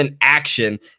action